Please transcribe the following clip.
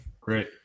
Great